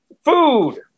food